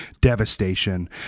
devastation